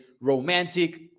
romantic